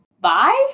Bye